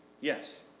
Yes